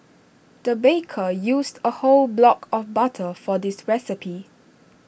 the baker used A whole block of butter for this recipe